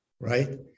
Right